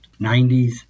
90s